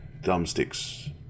thumbsticks